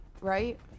right